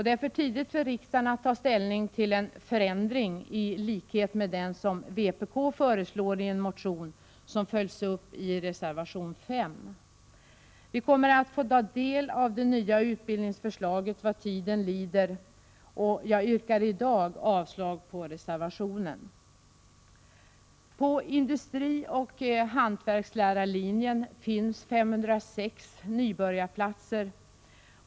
Det är för tidigt för riksdagen att ta ställning till en förändring i likhet med den som vpk föreslår i en motion som följs upp i reservation 5. Vi kommer att få ta del av det nya utbildningsförslaget vad tiden lider. Jag yrkar i dag avslag på reservationen. På industrioch hantverkslärarlinjen finns 506 nybörjarplatser.